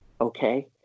okay